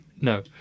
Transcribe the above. No